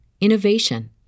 innovation